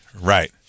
right